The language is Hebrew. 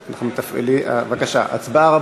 בבקשה, הצבעה.